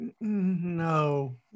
no